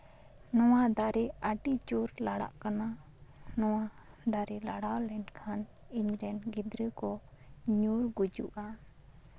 ᱱᱚᱣᱟ ᱫᱟᱨᱮ ᱟᱹᱰᱤ ᱡᱳᱨ ᱞᱟᱲᱟᱜ ᱠᱟᱱᱟ ᱱᱚᱣᱟ ᱫᱟᱨᱮ ᱞᱟᱲᱟᱣ ᱞᱮᱱᱠᱷᱟᱱ ᱤᱧ ᱨᱮᱱ ᱜᱤᱫᱽᱨᱟᱹ ᱠᱚ ᱧᱩᱨᱩ ᱜᱩᱡᱩᱜᱼᱟ